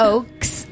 Oaks